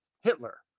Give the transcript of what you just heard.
Hitler